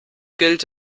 gilt